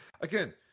Again